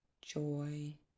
joy